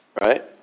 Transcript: right